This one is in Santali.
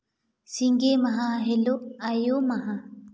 ᱥᱤᱸᱜᱮ ᱢᱟᱦᱟ ᱦᱤᱞᱳᱜ ᱟᱭᱳ ᱢᱟᱦᱟ